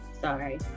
Sorry